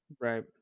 right